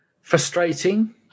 Frustrating